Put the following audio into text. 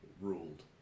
ruled